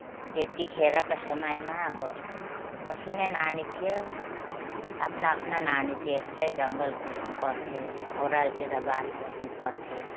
त्यतिखेरको समयमा अब मसिना नानी थियो आफ्ना आफ्ना नानी च्याप्दै जङ्गल कुदनु पर्थ्यो ओडारतिर बास बस्नु पर्थ्यो